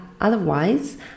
otherwise